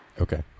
Okay